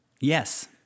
Yes